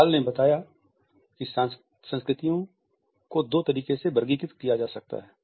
hall ने बताया कि संस्कृतियों को दो तरीकों से वर्गीकृत किया जा सकता है